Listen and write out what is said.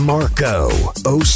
Marco